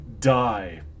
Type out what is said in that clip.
die